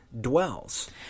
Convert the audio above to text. dwells